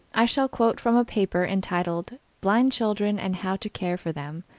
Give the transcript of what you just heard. i shall quote from a paper entitled blind children and how to care for them,